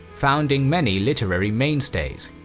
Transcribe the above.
founding many literary mainstays.